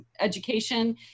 education